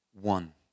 One